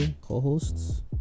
co-hosts